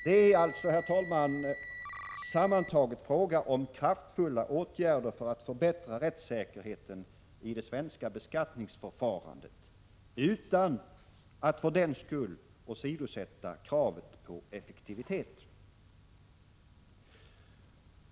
Det är alltså, herr talman, sammantaget fråga om kraftfulla åtgärder för att förbättra rättssäkerheten i det svenska beskattningsförfarandet utan att för den skull åsidosätta kravet på effektivitet.